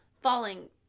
falling